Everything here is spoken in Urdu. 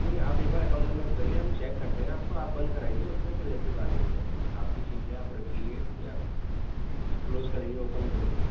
نہیں آپ ایک بار اکاؤنٹ نمبر بتائیے ہم چیک کر لیں آپ کو آپ بند کرائیے اس میں ایسی کوئی بات نہیں ہے آپ کی چیز ہے آپ رکھیے یا کلوز کریے اوپن کیجیے